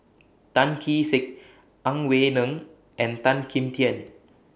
Tan Kee Sek Ang Wei Neng and Tan Kim Tian